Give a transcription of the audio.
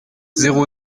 zéro